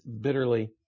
bitterly